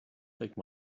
take